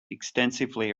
extensively